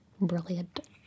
Brilliant